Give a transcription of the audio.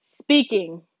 speaking